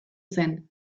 zen